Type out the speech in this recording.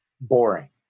boring